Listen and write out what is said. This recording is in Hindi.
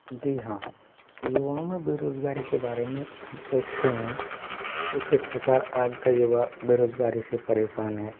जी हाँ युवायों में बेरोज़गारी के बारे में हम सोचते हैं कि किस प्रकार आज का युवा बेरोज़गारी से परेशान है